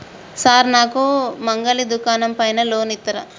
Sir నాకు మంగలి దుకాణం పైన లోన్ ఇత్తరా?